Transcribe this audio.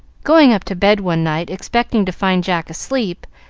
going up to bed one night expecting to find jack asleep,